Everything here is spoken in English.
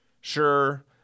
sure